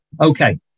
okay